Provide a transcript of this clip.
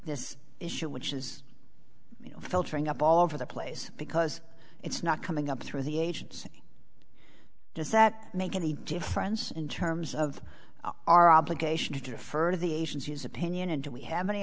this issue which is you know filtering up all over the place because it's not coming up through the agency does that make any difference in terms of our obligation to refer to the asians use opinion and do we have any